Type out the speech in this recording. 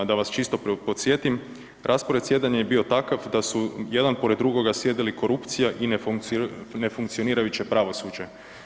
Da vas čisto podsjetim raspored sjedenja je bio takav da su jedan pored drugoga sjedili korupcija i nefunkcionirajuće pravosuđe.